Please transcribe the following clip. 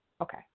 Okay